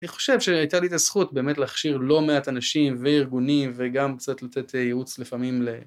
אני חושב שהייתה לי את הזכות באמת להכשיר לא מעט אנשים וארגונים וגם קצת לתת ייעוץ לפעמים ל...